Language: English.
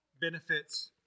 benefits